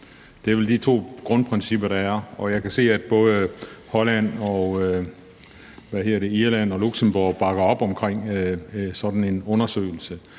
Det er vel de to grundprincipper, der er. Og jeg kan se, at både Holland og Irland og Luxembourg bakker op om sådan en undersøgelse.